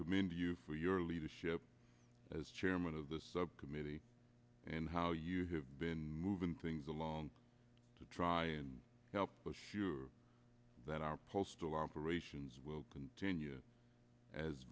commend you for your leadership as chairman of this committee and how you have been moving things along to try and help sure that our postal operations will continue as